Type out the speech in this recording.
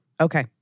Okay